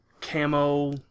Camo